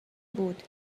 بود